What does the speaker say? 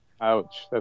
Ouch